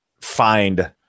find